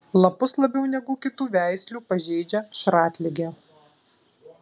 lapus labiau negu kitų veislių pažeidžia šratligė